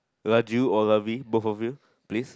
Raju or Lavi both of you please